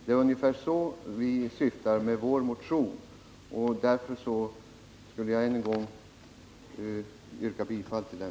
Det var det vi syftade till med vår motion. Därför skulle jag än en gång vilja yrka bifall till den.